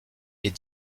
est